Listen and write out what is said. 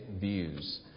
views